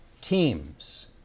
teams